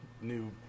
new